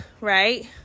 right